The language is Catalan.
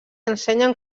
ensenyen